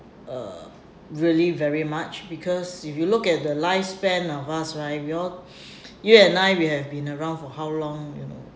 uh really very much because if you look at the lifespan of us right we all you and I we have been around for how long you know